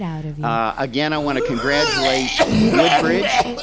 again, i want to congratulate woodbridge.